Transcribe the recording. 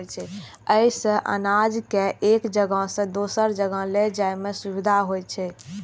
अय सं अनाज कें एक जगह सं दोसर जगह लए जाइ में सुविधा होइ छै